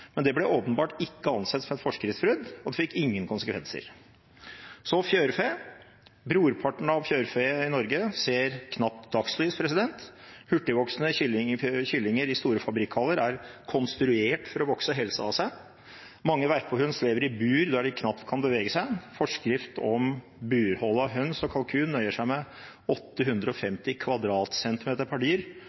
men det ble åpenbart ikke ansett som et forskriftsbrudd og fikk ingen konsekvenser. Så fjørfe: Brorparten av fjørfe i Norge ser knapt dagslys. Hurtigvoksende kyllinger i store fabrikkhaller er konstruert for å vokse helsa av seg. Mange verpehøns lever i bur der de knapt kan bevege seg. Forskrift om hold av høns og kalkun nøyer seg med 850